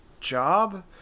job